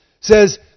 says